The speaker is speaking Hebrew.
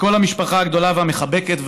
וכל המשפחה הגדולה והמחבקת,